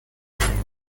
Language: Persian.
افعال